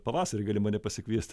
pavasarį gali mane pasikviesti